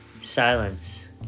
Silence